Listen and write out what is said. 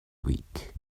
week